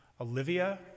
Olivia